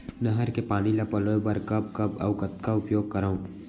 नहर के पानी ल पलोय बर कब कब अऊ कतका उपयोग करंव?